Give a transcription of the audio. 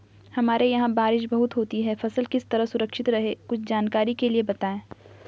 हमारे यहाँ बारिश बहुत होती है फसल किस तरह सुरक्षित रहे कुछ जानकारी के लिए बताएँ?